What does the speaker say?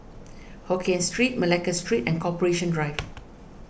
Hokien Street Malacca Street and Corporation Drive